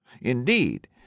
Indeed